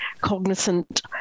cognizant